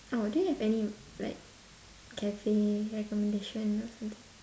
oh do you have any like cafe recommendation or something